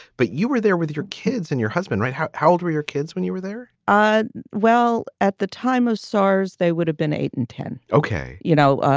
but you were there with your kids and your husband, right? how how old were your kids when you were there? ah well, at the time of saas, they would have been eight and ten. ok. you know,